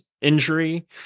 injury